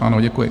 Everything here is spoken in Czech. Ano, děkuji.